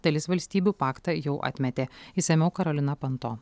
dalis valstybių paktą jau atmetė išsamiau karolina panto